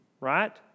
right